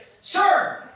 Sir